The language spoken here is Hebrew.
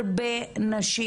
הרבה נשים,